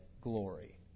glory